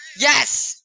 yes